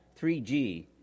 3G